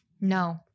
No